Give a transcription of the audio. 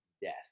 death